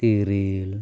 ᱛᱤᱨᱤᱞ